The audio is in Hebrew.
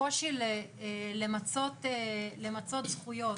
הקושי למצות זכויות,